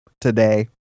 today